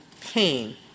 pain